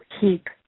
keep